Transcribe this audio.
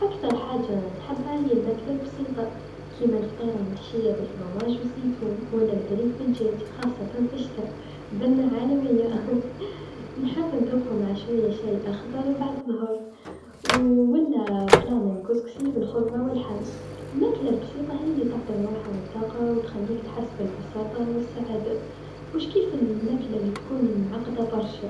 أكثر حاجه نحبها هي الماكله البسيطه كيما الفطيره المحشيه بالفرماج و الزيتون و لا البريك بالجاج خاصة في الشتا بنه عالميه نحب نذوقهم مع شويا شاي أخضر بعد الظهر و لا طبق من الكسكسي بالخضره و اللحم، الماكله بسيطه هي لتعطي الراحه و الطاقه و تخليك تحس بالبساطه و السعاده مش كيف الماكله لتكون معقده برشا.